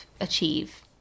achieve